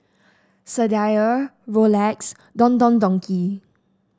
Sadia Rolex Don Don Donki